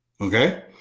Okay